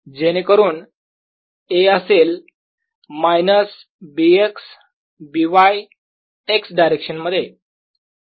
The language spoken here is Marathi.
जेणेकरून A असेल minus Bx By x direction मध्ये